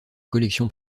collections